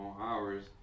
hours